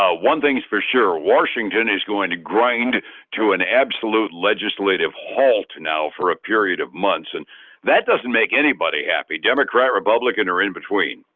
ah one thing's for sure washington is going to grind to an absolute legislative halt now for a period of months, and that doesn't make anybody happy, democrat, republican or in-between.